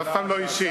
זה אף פעם לא אישי,